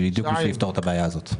בדיוק כדי לפתור את הבעיה הזאת.